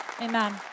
Amen